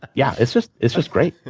yeah, it's just it's just great.